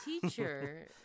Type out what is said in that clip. teacher